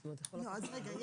אז למעשה יכול לעבור